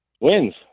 wins